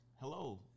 Hello